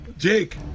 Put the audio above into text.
Jake